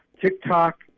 TikTok